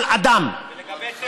כל אדם,